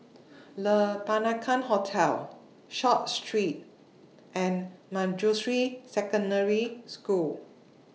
Le Peranakan Hotel Short Street and Manjusri Secondary School